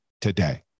today